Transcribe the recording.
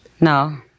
No